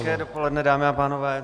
Hezké dopoledne, dámy a pánové.